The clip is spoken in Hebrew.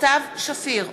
סתיו שפיר,